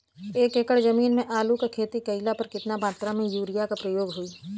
एक एकड़ जमीन में आलू क खेती कइला पर कितना मात्रा में यूरिया क प्रयोग होई?